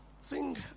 Sing